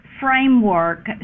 framework